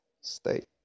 state